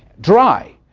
dry.